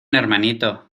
hermanito